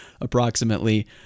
Approximately